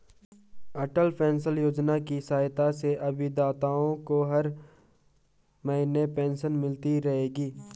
अटल pension योजना की सहायता से अभिदाताओं को हर महीने पेंशन मिलती रहेगी